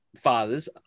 fathers